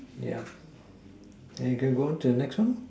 yeah then we can go on to the next one lor